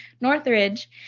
Northridge